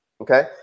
okay